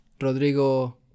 Rodrigo